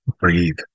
breathe